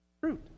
Fruit